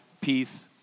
peace